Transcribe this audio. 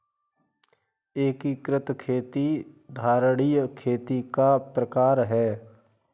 एकीकृत खेती धारणीय खेती का प्रकार है